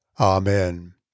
Amen